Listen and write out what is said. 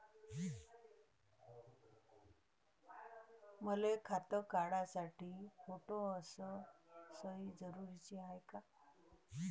मले खातं काढासाठी फोटो अस सयी जरुरीची हाय का?